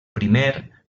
primer